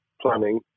planning